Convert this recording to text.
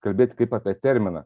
kalbėti kaip apie terminą